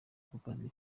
kukazi